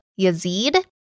Yazid